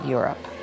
Europe